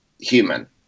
human